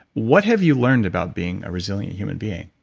what have you learned about being a resilient human being?